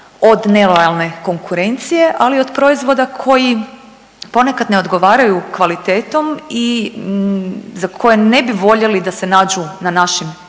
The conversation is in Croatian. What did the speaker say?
od nelojalne konkurencije, ali i od proizvoda koji ponekad ne odgovaraju kvalitetom i za koje ne bi voljeli da se nađu na našim stolovima.